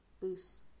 boosts